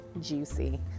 juicy